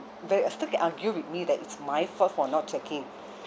va~ she still can argue with me that it's my fault for not checking